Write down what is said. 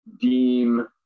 deem